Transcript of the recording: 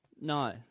No